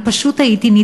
אני הייתי פשוט נדהמת,